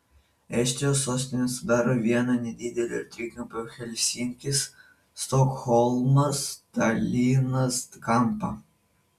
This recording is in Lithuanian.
estijos sostinė sudaro vieną nedidelio trikampio helsinkis stokholmas talinas kampą